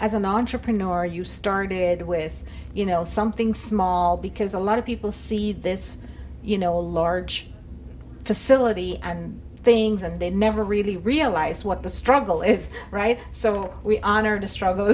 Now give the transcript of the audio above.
as an entrepreneur are you started with you know something small because a lot of people see this you know a large facility and things and they never really realize what the struggle is right so we honor to struggle